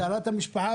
טהרת המשפחה,